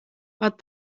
but